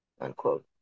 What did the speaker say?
unquote